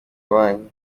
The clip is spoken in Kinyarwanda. banki